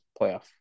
playoff